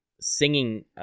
singing